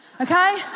okay